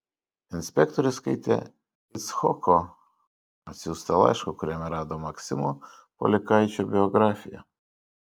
inspektorius skaitė icchoko atsiųstą laišką kuriame rado maksimo polikaičio biografiją